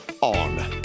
on